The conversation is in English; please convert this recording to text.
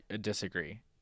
disagree